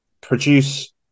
produce